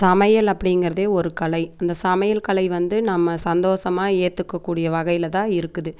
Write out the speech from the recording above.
சமையல் அப்படிங்கறதே ஒரு கலை அந்த சமையல் கலை வந்து நம்ம சந்தோசமாக ஏற்றுக்கக்கூடிய வகையில்தான் இருக்குது